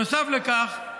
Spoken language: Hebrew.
נוסף על כך,